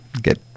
get